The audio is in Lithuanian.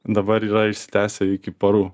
dabar yra išsitęsę iki parų